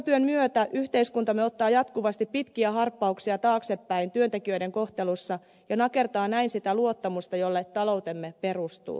vuokratyön myötä yhteiskuntamme ottaa jatkuvasti pitkiä harppauksia taaksepäin työntekijöiden kohtelussa ja nakertaa näin sitä luottamusta jolle taloutemme perustuu